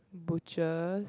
butcher